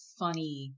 funny